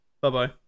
Bye-bye